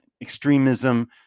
extremism